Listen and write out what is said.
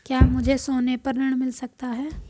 क्या मुझे सोने पर ऋण मिल सकता है?